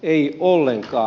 ei ollenkaan